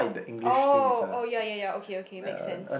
oh oh ya ya ya okay okay make sense